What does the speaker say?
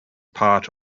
part